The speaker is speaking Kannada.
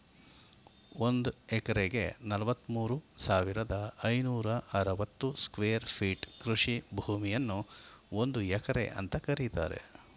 ಒಂದ್ ಎಕರೆಗೆ ನಲವತ್ಮೂರು ಸಾವಿರದ ಐನೂರ ಅರವತ್ತು ಸ್ಕ್ವೇರ್ ಫೀಟ್ ಕೃಷಿ ಭೂಮಿಯನ್ನು ಒಂದು ಎಕರೆ ಅಂತ ಕರೀತಾರೆ